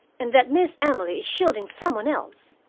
and that miss emily is shielding some one else.